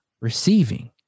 receiving